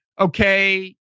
okay